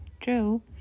true